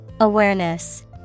Awareness